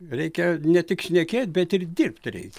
reikia ne tik šnekėt bet ir dirbt reikia